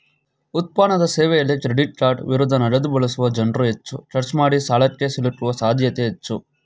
ಉತ್ಪನ್ನದ ಸೇವೆಯಲ್ಲಿ ಕ್ರೆಡಿಟ್ಕಾರ್ಡ್ ವಿರುದ್ಧ ನಗದುಬಳಸುವ ಜನ್ರುಹೆಚ್ಚು ಖರ್ಚು ಮಾಡಿಸಾಲಕ್ಕೆ ಸಿಲುಕುವ ಸಾಧ್ಯತೆ ಹೆಚ್ಚು